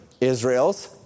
Israel's